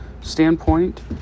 standpoint